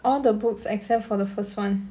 all the books except for the first one